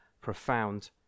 profound